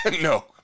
no